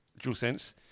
DualSense